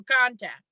contact